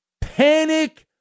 panic